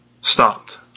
stopped